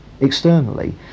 externally